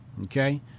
Okay